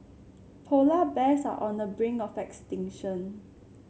polar bears are on the brink of extinction